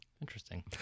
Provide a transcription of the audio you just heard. Interesting